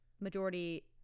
Majority